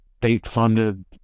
state-funded